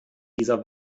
dieser